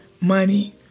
money